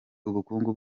ubukungu